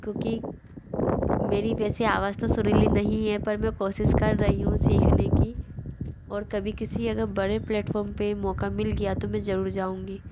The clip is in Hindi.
क्योंकि मेरी वैसे आवाज तो सुरीली नहीं हैं पर मैं कोशिश कर रही हूँ सीखने की और कभी किसी अगर बड़े प्लेटफॉर्म पे मौका मिल गया तो मैं जरूर जाऊँगी